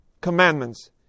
commandments